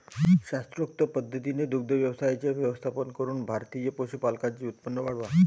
शास्त्रोक्त पद्धतीने दुग्ध व्यवसायाचे व्यवस्थापन करून भारतीय पशुपालकांचे उत्पन्न वाढवा